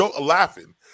laughing